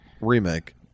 remake